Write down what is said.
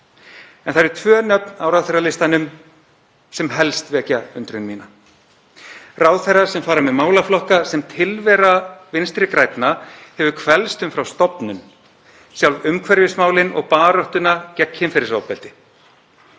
En það eru tvö nöfn á ráðherralistanum sem helst vekja undrun mína. Ráðherrar sem fara með málaflokka sem tilvera Vinstri grænna hefur hverfst um frá stofnun, sjálf umhverfismálin og baráttuna gegn kynferðisofbeldi.